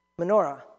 menorah